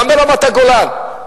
גם ברמת-הגולן,